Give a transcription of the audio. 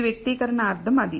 ఈ వ్యక్తీకరణ అర్థం అది